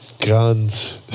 Guns